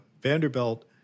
Vanderbilt